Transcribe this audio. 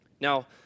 Now